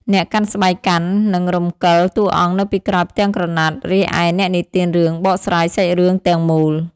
អ្នកកាន់ស្បែកកាន់ និងរំកិលតួអង្គនៅពីក្រោយផ្ទាំងក្រណាត់ រីឯអ្នកនិទានរឿងបកស្រាយសាច់រឿងទាំងមូល។